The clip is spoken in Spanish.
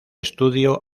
estudio